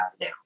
now